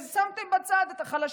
ושמתם בצד את החלשים.